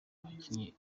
abakinnyi